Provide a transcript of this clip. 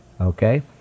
Okay